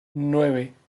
nueve